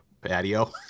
patio